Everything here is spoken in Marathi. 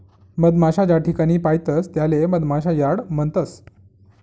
मधमाशा ज्याठिकाणे पायतस त्याले मधमाशा यार्ड म्हणतस